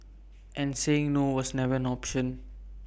and saying no was never an option